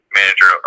manager